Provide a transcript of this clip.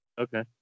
okay